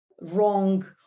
wrong